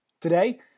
Today